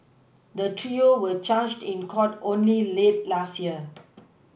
the trio were charged in court only late last year